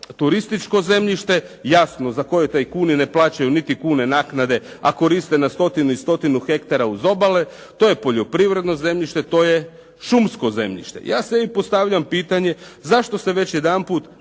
turističko zemljište, jasno za koje tajkuni ne plaćaju niti kune naknade, a koriste na stotinu i stotinu hektara uz obale. To je poljoprivredno zemljište, to je šumsko zemljište. Ja sebi postavljam pitanje zašto se već jedanput ne